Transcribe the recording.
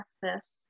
breakfast